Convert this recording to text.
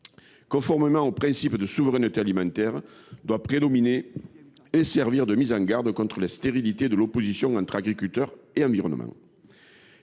conformément au principe de souveraineté alimentaire, doit prédominer et servir de mise en garde contre l’opposition stérile entre agriculteurs et environnement.